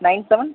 nine seven